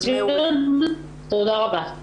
תודה רבה.